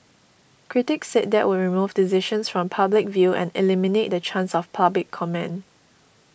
critics said that would remove decisions from public view and eliminate the chance for public comment